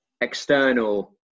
external